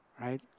right